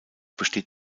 besteht